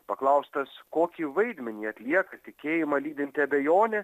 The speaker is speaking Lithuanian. paklaustas kokį vaidmenį atlieka tikėjimą lydinti abejonė